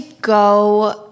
go